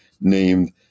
named